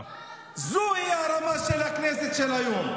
זוהי הרמה של הכנסת של היום.